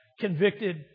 convicted